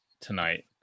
tonight